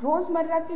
बाल्टी भरा हुआ है